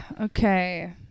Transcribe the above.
okay